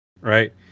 right